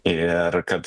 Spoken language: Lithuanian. ir kad